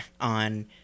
on